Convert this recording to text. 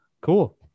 Cool